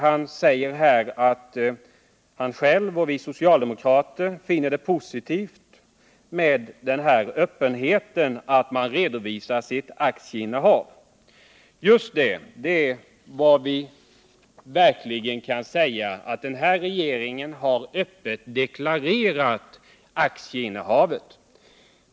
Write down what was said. Han säger att han själv och socialdemokraterna finner den öppenhet med vilken man redovisar sitt aktieinnehav positiv. Ja, just det. Vi kan verkligen säga att den nuvarande regeringen har öppet deklarerat sina aktieinnehav.